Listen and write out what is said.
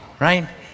right